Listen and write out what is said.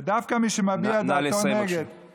ודווקא מי שמביע דעתו נגד, נא לסיים, בבקשה.